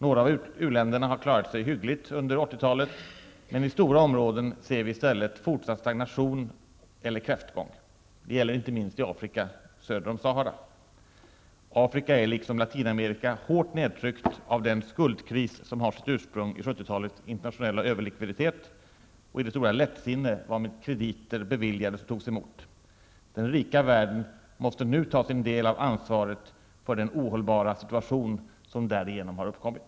Några av u-länderna har klarat sig hyggligt under 80-talet, men i stora områden ser vi i stället fortsatt stagnation eller kräftgång. Det gäller inte minst i Afrika söder om Sahara. Afrika är liksom Latinamerika hårt nedtryckt av den skuldkris som har sitt ursprung i 70-talets internationella överlikviditet och i det stora lättsinne varmed krediter beviljades och togs emot. Den rika världen måste nu ta sin del av ansvaret för den ohållbara situation som därigenom har uppkommit.